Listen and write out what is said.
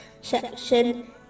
section